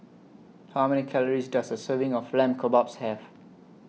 How Many Calories Does A Serving of Lamb Kebabs Have